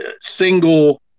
single